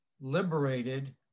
liberated